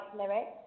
lyrics